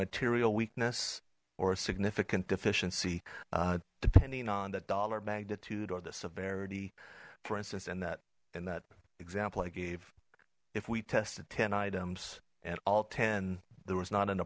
material weakness or a significant deficiency depending on the dollar magnitude or the severity for instance in that in that example i gave if we tested ten items and all ten there was not an